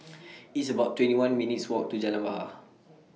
It's about twenty one minutes' Walk to Jalan Bahar